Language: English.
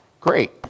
great